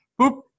boop